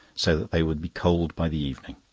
so that they would be cold by the evening.